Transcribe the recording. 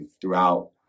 throughout